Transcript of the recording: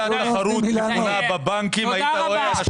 אם הייתה תחרות נכונה בבנקים היית רואה אנשים עוברים מבנק לבנק.